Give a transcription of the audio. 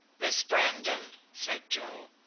miss brandon, said joe.